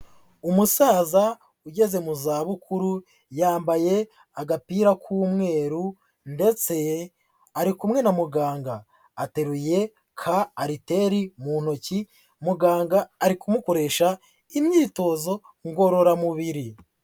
Umusaza ugeze mu zabukuru, yambaye agapira k'umweru, ndetse ari kumwe na muganga, ateruye ka ariteri mu ntoki, muganga ari kumukoresha imyitozo ngororamubiri.